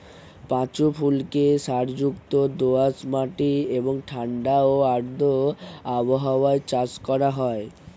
পাঁচু ফুলকে সারযুক্ত দোআঁশ মাটি এবং ঠাণ্ডা ও আর্দ্র আবহাওয়ায় চাষ করা হয়